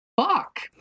fuck